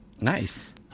Nice